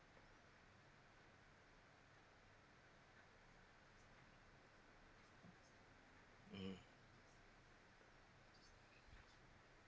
mm